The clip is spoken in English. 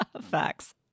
Facts